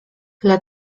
dla